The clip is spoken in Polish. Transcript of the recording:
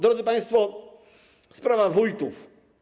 Drodzy państwo, sprawa wójtów.